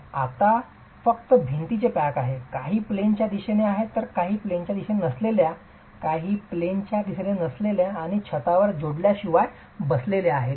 हे आता फक्त भिंतींचे पॅक आहे काही प्लेन च्या दिशेने आहेत तर काही प्लेन च्या दिशेने नसलेल्या आणि छतावर जोडण्याशिवाय बसलेले आहेत